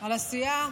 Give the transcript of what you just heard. על הסיעה.